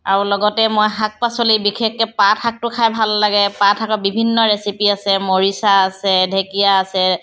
আৰু লগতে মই শাক পাচলি বিশেষকৈ পাত শাকটো খাই ভাল লাগে পাত শাকৰ বিভিন্ন ৰেচিপি আছে মৰিচা আছে ঢেঁকীয়া আছে